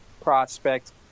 prospect